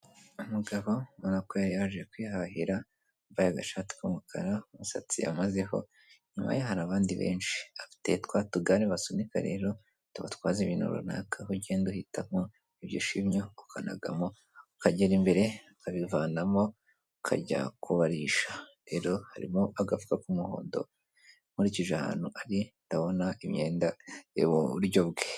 Umugabo ubona ko yari yaje kwihahira, yambaye agashati k'umukara, umusatsi amazeho. Inyuma ye hari abandi benshi; afite twa tugani basunika rero, tubatwaza ibintu runaka aho ugenda uhitamo ibyo ushimye ukanagamo, ukagera imbere ukabivanamo ukajya kubarisha. Rero harimo agafuka k'umuhondo, nkurikije ahantu ari ndabona imyenda iri mu buryo bwe.